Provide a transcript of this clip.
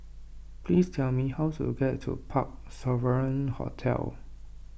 please tell me how to get to Parc Sovereign Hotel